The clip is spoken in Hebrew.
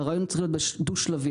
והרעיון צריך להיות דו שלבי.